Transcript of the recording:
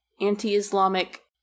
anti-islamic